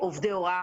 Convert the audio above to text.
תודה.